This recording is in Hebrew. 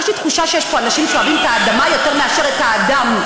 יש לי תחושה שיש פה אנשים שאוהבים את האדמה יותר מאשר את האדם.